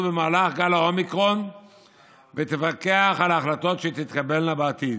במהלך גל האומיקרון ותפקח על ההחלטות שתתקבלנה בעתיד.